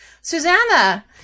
Susanna